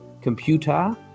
computer